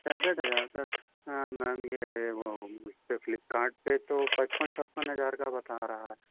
पैसठ हज़ार तक हाँ मैम यह है वह उस पर फ्लिपकार्ड पर तो पचपन छप्पन हज़ार का बता रहा